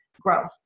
growth